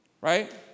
right